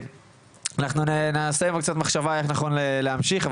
אנחנו נעשה קבוצת מחשבה איך נכון להמשיך,